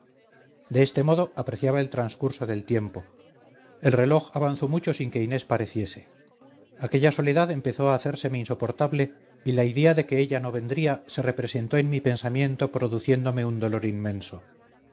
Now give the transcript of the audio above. de este modo apreciaba el transcurso del tiempo el reloj avanzó mucho sin que inés pareciese aquella soledad empezó a hacérseme insoportable y la idea de que ella no vendría se representó en mi pensamiento produciéndome un dolor inmenso